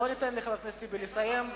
בוא ניתן לחבר הכנסת טיבי לסיים.